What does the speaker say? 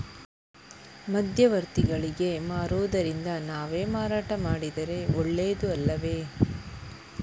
ಮಧ್ಯವರ್ತಿಗಳಿಗೆ ಮಾರುವುದಿಂದ ನಾವೇ ಮಾರಾಟ ಮಾಡಿದರೆ ಒಳ್ಳೆಯದು ಅಲ್ಲವೇ?